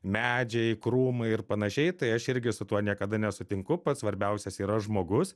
medžiai krūmai ir panašiai tai aš irgi su tuo niekada nesutinku pats svarbiausias yra žmogus